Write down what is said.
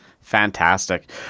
Fantastic